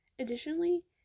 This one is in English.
Additionally